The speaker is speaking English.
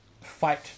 fight